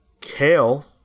Kale